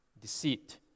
deceit